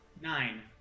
Nine